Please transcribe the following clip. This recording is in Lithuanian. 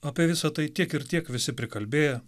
apie visa tai tiek ir tiek visi prikalbėję